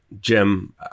Jim